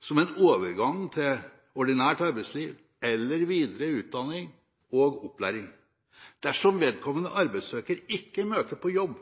som en overgang til ordinært arbeidsliv eller videre utdanning og opplæring. Dersom vedkommende arbeidssøker ikke møter på jobb,